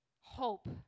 hope